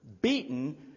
beaten